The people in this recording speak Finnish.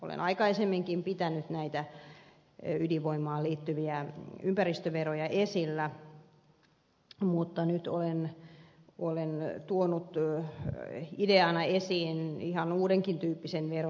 olen aikaisemminkin pitänyt näitä ydinvoimaan liittyviä ympäristöveroja esillä mutta nyt olen tuonut ideana esiin ihan uudenkin tyyppisen veron